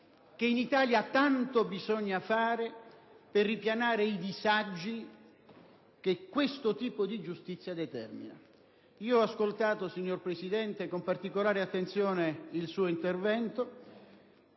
che in Italia tanto bisogna fare per ripianare i disagi che questo tipo di giustizia determina. Signora Presidente, ho ascoltato con particolare attenzione il suo intervento